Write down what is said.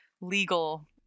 legal